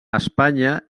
espanya